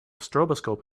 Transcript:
stroboscope